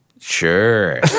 Sure